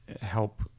help